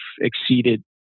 exceeded